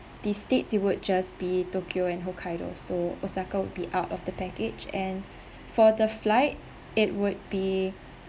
the states it would just be tokyo and hokkaido so osaka will be out of the package and for the flight it would be